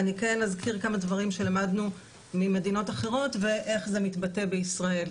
אני אזכיר כמה דברים שלמדנו ממדינות אחרות ואיך זה מתבטא בישראל.